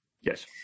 Yes